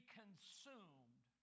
consumed